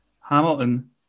Hamilton